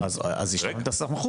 אז יש לכם את הסמכות.